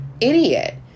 idiot